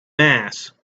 mass